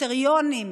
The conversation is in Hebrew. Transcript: קריטריונים